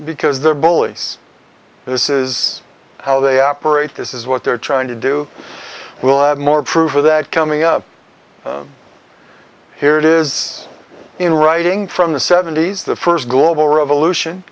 because they're bullies and this is how they operate this is what they're trying to do we'll have more proof of that coming up here it is in writing from the seventy's the first global revolution